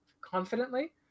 confidently